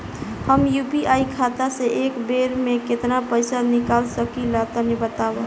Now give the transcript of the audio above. हम यू.पी.आई खाता से एक बेर म केतना पइसा निकाल सकिला तनि बतावा?